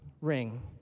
ring